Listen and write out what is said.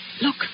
Look